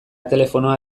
telefonoa